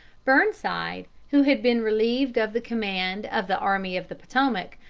burnside, who had been relieved of the command of the army of the potomac,